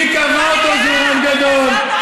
מי קבע שהוא רב גדול?